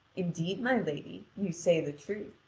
indeed, my lady, you say the truth.